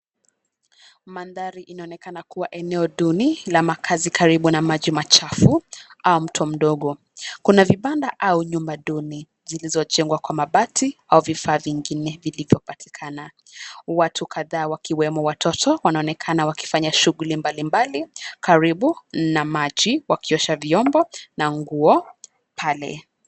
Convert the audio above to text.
Mandhari inaonekana kuwa eneo duni la makazi karibu na maji machafu au mto mdogo. Kuna vibanda au nyumba duni zilizojengwa kwa mabati au vifaa vingine vilivyopatikana. Watu kadhaa wakiwemo watoto wanaonekana wakifanya shughuli mbalimbali karibu na maji wakiosha vyombo na nguo pale.